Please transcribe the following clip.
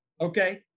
Okay